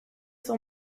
son